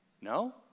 No